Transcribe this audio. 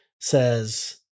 says